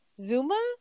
Zuma